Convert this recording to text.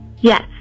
Yes